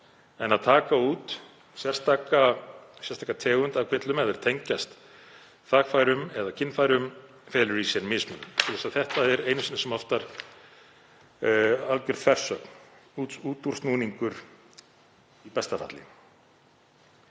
En að taka út sérstaka tegund af kvillum ef þeir tengjast þvagfærum eða kynfærum felur í sér mismunun. Þetta er einu sinni sem oftar algjör þversögn, útúrsnúningur í besta falli.